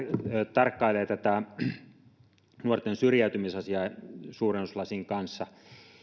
tarkkailee tätä nuorten syrjäytymisasiaa suurennuslasin kanssa